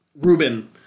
Ruben